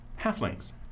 halflings